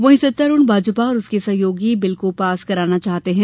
वहीं सत्तारूढ़ भाजपा और उसके सहयोगी बिल को पास कराना चाहते हैं